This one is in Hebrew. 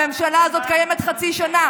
הממשלה הזו קיימת חצי שנה,